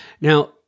now